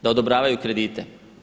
Da odobravaju kredite.